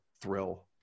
thrill